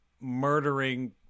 murdering